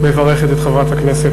באמת אחרי נאום